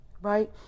Right